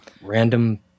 random